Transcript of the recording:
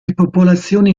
popolazioni